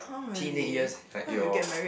teenage years like your